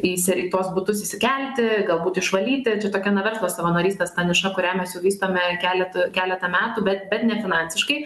eisi į tuos butus įsikelti galbūt išvalyti tokio ne verslo savanorystės ta niša kurią mes jau vystome kelet keletą metų bet bet ne finansiškai